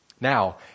Now